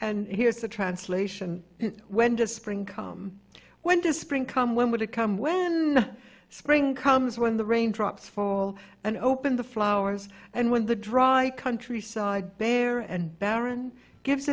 and here's the translation when does spring come when the spring come when will it come when spring comes when the rain drops fall and open the flowers and when the dry countryside bare and barren gi